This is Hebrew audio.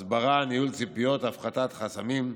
הסברה, ניהול ציפיות, הפחתת חסמים,